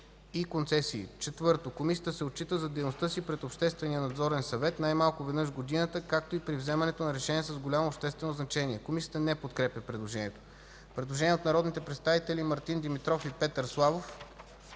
и концесии. 4. комисията се отчита за дейността си пред обществения надзорен съвет, най-малко веднъж в годината, както и при вземане на решения с голямо обществено значение.” Комисията не подкрепя предложението. Предложение от народните представители Мартин Димитров и Петър Славов.